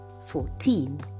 fourteen